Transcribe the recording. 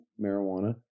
marijuana